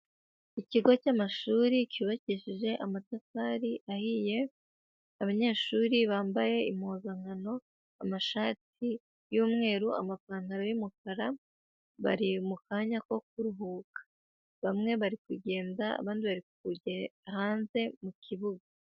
Ikigo cy'amashuri cyubakishije amatafari ahiye; abanyeshuri bambaye impuzankano: amashati y'umweru, amapantaro y'umukara, bari mu kanya ko kuruhuka, bamwe bari kugenda abandi bari kujya hanze mu kibuga.